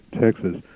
Texas